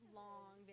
long